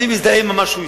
אני מזדהה עם מה שהוא הציע,